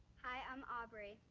hi, i'm aubrey.